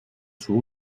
suo